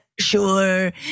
Sure